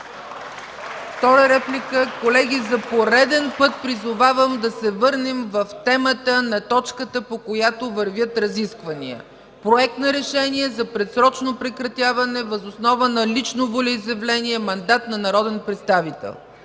Втора реплика? Колеги, за пореден път призовавам да се върнем в темата на точката, по която вървят разискванията – Проект на решение за предсрочно прекратяване, въз основа на лично волеизявление, мандат на народен представител.